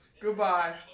Goodbye